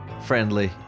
friendly